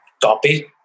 copy